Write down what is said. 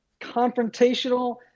confrontational